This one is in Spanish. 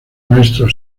maestro